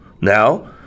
Now